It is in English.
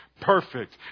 perfect